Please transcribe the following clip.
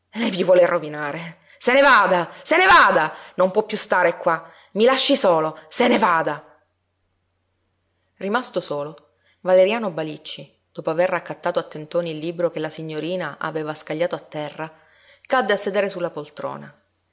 lei mi vuole rovinare se ne vada se ne vada non può piú stare qua i lasci solo se ne vada rimasto solo valeriano balicci dopo aver raccattato a tentoni il libro che la signorina aveva scagliato a terra cadde a sedere su la poltrona